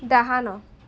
ଡାହାଣ